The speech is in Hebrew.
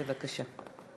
בבקשה.